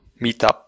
meetup